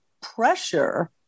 pressure